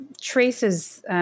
traces